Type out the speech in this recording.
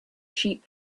sheep